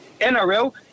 NRL